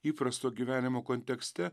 įprasto gyvenimo kontekste